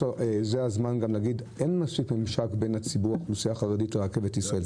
שאין מספיק ממשק בין האוכלוסייה החרדית לבין רכבת ישראל.